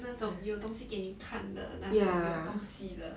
那种有东西给你看的那种有东西的